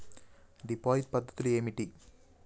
Deposit పద్ధతులు ఏమిటి?